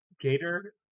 Gator